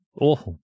awful